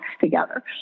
together